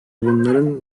bunların